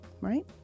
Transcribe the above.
right